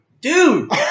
dude